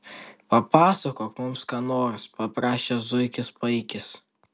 papasakok mums ką nors paprašė zuikis paikis